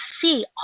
see